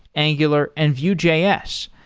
angular and vue js.